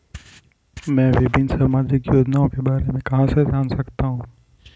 मैं विभिन्न सामाजिक योजनाओं के बारे में कहां से जान सकता हूं?